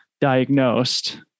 diagnosed